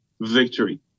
victory